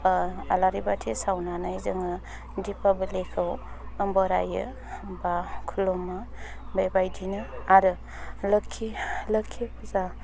आलारि बाथि सावनानै जोङो दिपावलीखौ बरायो बा खुलुमो बेबायदिनो आरो लोखि लोखि फुजाखौ